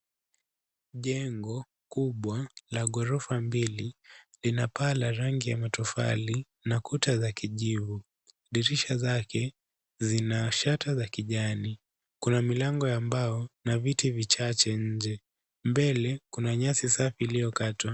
Jengo kubwa la ghorofa mbili lina paa la rangi ya matofali na kuta za kijivu. Dirisha zake zina shata za kijani. Kuna milango ya mbao na viti vichache nje. Mbele kuna nyasi safi iliyokatwa.